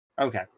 Okay